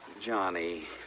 Johnny